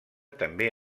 també